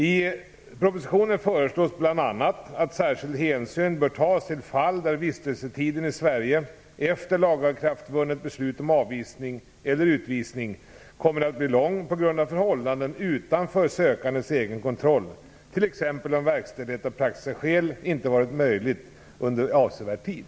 I propositionen föreslås bl.a. att särskild hänsyn bör tas till fall där vistelsetiden i Sverige efter lagakraftvunnet beslut om avvisning eller utvisning kommit att bli lång på grund av förhållanden utanför sökandens egen kontroll, t.ex. om verkställighet av praktiska skäl inte varit möjlig under avsevärd tid.